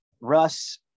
Russ